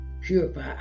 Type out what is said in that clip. purify